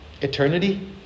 Eternity